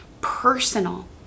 personal